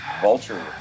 Vulture